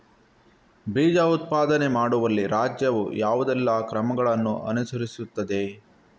ಬೀಜ ಉತ್ಪಾದನೆ ಮಾಡುವಲ್ಲಿ ರಾಜ್ಯವು ಯಾವುದೆಲ್ಲ ಕ್ರಮಗಳನ್ನು ಅನುಕರಿಸುತ್ತದೆ?